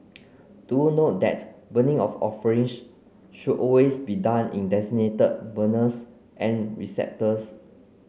do note that burning of offerings should always be done in designated burners and receptacles